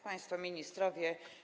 Państwo Ministrowie!